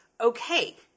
okay